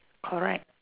correct